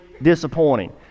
disappointing